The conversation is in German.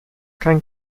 kann